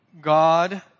God